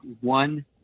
one